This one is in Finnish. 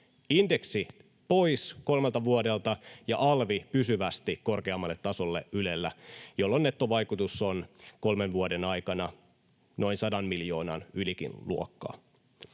Indeksi pois kolmelta vuodelta ja alvi pysyvästi korkeammalle tasolle Ylellä, jolloin nettovaikutus on kolmen vuoden aikana noin sadan miljoonan, ylikin, luokkaa.